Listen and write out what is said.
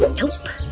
nope.